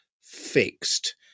fixed